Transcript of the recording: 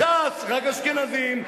שיהיו בש"ס רק אשכנזים.